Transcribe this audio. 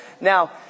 Now